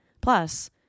Plus